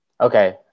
Okay